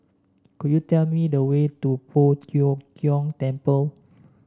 could you tell me the way to Poh Tiong Kiong Temple